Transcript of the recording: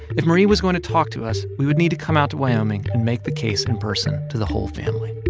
if marie was going to talk to us, we would need to come out to wyoming and make the case in person to the whole family